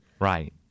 Right